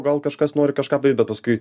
gal kažkas nori kažką bet paskui